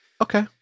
Okay